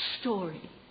story